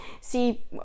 see